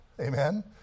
Amen